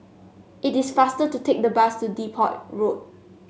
it is faster to take the bus to Depot Road